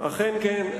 אכן כן.